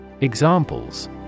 Examples